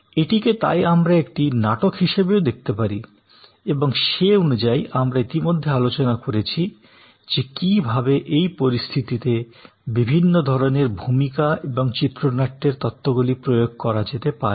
এটিকে তাই আমরা একটি নাটক হিসাবেও দেখতে পারি এবং সে অনুযায়ী আমরা ইতিমধ্যে আলোচনা করেছি যে কী ভাবে এই পরিস্থিতিতে বিভিন্ন ধরণের ভূমিকা এবং চিত্রনাট্যের তত্ত্বগুলি প্রয়োগ করা যেতে পারে